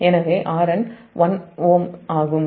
எனவே Rn 1Ω ஆகும்